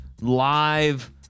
live